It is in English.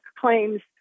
claims